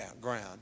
ground